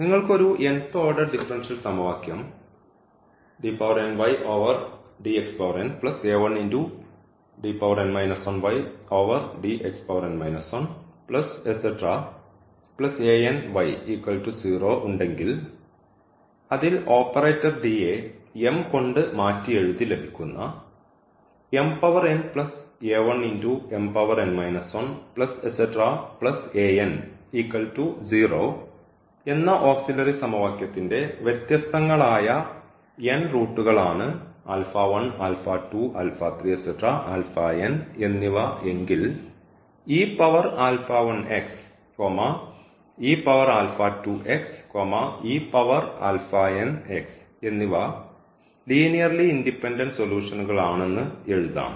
നിങ്ങൾക്ക് ഒരു order differential സമവാക്യം ഉണ്ടെങ്കിൽ അതിൽ ഓപ്പറേറ്റർ യെ കൊണ്ട് മാറ്റിയെഴുതി ലഭിക്കുന്ന എന്ന ഓക്സിലറി സമവാക്യത്തിൻറെ വ്യത്യസ്തങ്ങളായ റൂട്ടുകൾ ആണ് എന്നിവ എങ്കിൽ എന്നിവ ലീനിയർലി ഇൻഡിപെൻഡൻറ് സൊലൂഷൻഉകൾ ആണെന്ന് എഴുതാം